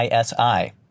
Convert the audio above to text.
ISI